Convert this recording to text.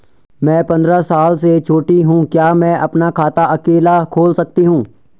मैं पंद्रह साल से छोटी हूँ क्या मैं अपना खाता अकेला खोल सकती हूँ?